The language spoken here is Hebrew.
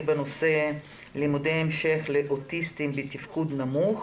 בנושא "לימודי המשך לאוטיסטים בתפקוד נמוך",